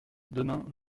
demain